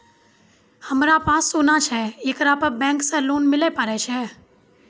हमारा पास सोना छै येकरा पे बैंक से लोन मिले पारे छै?